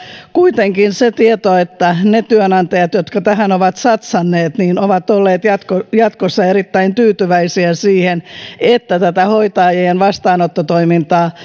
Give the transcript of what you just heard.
kuitenkin on se tieto että ne työnantajat jotka tähän ovat satsanneet ovat olleet jatkossa jatkossa erittäin tyytyväisiä siihen että tätä hoitajien vastaanottotoimintaa